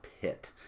pit